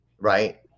Right